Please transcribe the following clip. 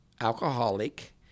alcoholic